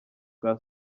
bwa